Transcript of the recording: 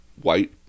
white